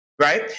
right